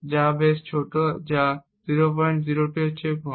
যা বেশ ছোট যা 002 এর কম